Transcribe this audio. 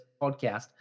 podcast